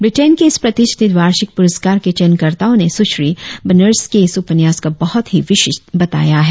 Britain के इस प्रतिष्ठित वार्षिक पुरस्कार के चयनकर्ताओं ने सुश्री बर्न्स के इस उपन्यास को बहुत ही विशिष्ठ बताया है